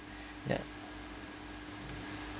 ya